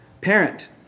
Parent